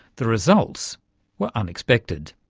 the results were unexpected.